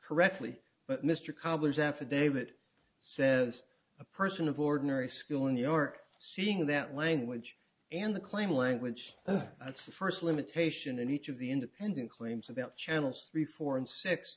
correctly but mr cobbler's affidavit says a person of ordinary skill in new york seeing that language and the claim language that's the first limitation and each of the independent claims about channels three four and six